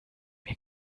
mir